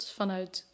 vanuit